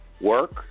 work